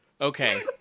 Okay